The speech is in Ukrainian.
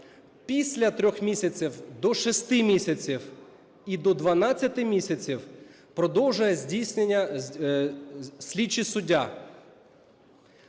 після 3 місяців – до 6 місяців і до 12 місяців продовжує здійснення слідчий суддя.